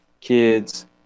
Kids